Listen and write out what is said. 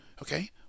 Okay